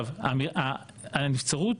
לגבי הנבצרות,